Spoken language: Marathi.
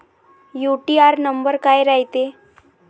यू.टी.आर नंबर काय रायते?